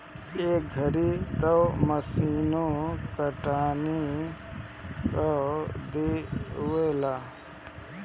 ए घरी तअ मशीनो कटनी कअ देवेला